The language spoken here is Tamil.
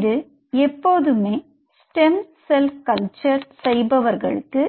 இது எப்போதுமே ஸ்டெம் செல் கல்ச்சர் செய்பவர்களுக்கு